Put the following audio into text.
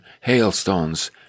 hailstones